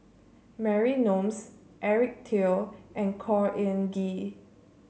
Mary Eric Teo and Khor Ean Ghee